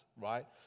Right